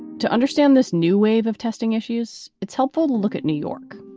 to understand this new wave of testing issues. it's helpful to look at new york.